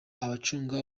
abacunga